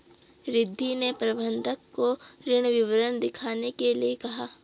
रिद्धी ने प्रबंधक को ऋण विवरण दिखाने के लिए कहा